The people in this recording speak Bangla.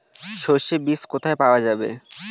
সর্ষে বিজ কোথায় পাওয়া যাবে?